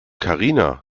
karina